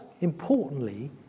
importantly